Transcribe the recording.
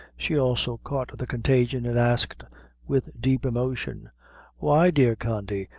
she also caught the contagion, and asked with deep emotion why, dear condy?